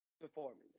performance